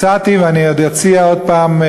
הצעתי, ואני עוד אציע עוד הפעם,